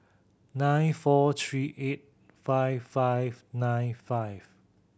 nine four three eight five five nine five